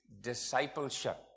discipleship